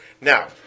Now